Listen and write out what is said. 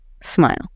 smile